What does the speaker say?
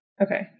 Okay